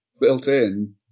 built-in